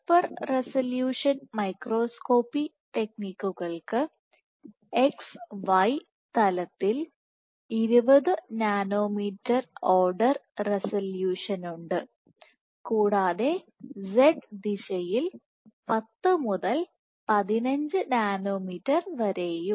super resolution microscopy ടെക്നിക്കുകൾക്ക് X Y തലത്തിൽ 20 nanometre order റെസല്യൂഷനുമുണ്ട് കൂടാതെ Z ദിശയിൽ 10 മുതൽ 15 നാനോമീറ്റർ വരെയും